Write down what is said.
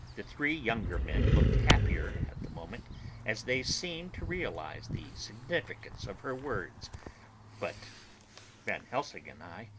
the three younger men looked happier at the moment as they seemed to realise the significance of her words but van helsing and i,